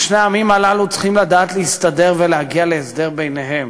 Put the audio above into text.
ושני העמים הללו צריכים לדעת להסתדר ולהגיע להסדר ביניהם.